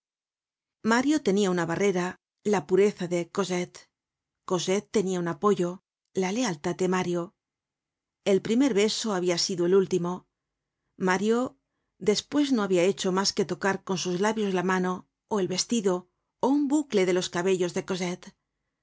mario tenia una barrera la pureza de cosette cosette tenia un apoyo la lealtad de mario el primer beso habia sido el último mario despues no habia hecho mas que tocar con sus labios la mano ó el vestido ó un bucle de los cabellos de cosette